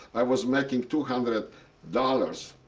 i was making two hundred dollars